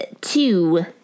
two